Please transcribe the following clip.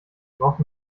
braucht